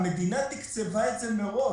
כלומר, המדינה תקצבה את זה מראש.